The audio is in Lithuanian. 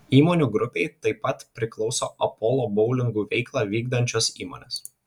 įmonių grupei taip pat priklauso apolo boulingų veiklą vykdančios įmonės